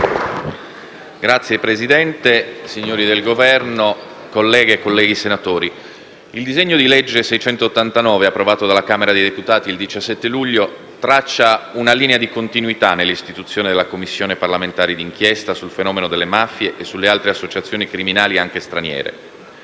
Signor Presidente, signori del Governo, colleghe e colleghi senatori, il disegno di legge n. 689, approvato dalla Camera dei deputati il 17 luglio, traccia una linea di continuità nell'istituzione della Commissione parlamentare d'inchiesta sul fenomeno delle mafie e sulle altre associazioni criminali, anche straniere,